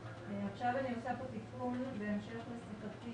כאן אני עושה תיקון בהמשך לשיחתי